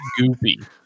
goopy